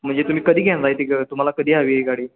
म्हणजे तुम्ही कधी घेणार आहे ती ग तुम्हाला कधी हवी आहे गाडी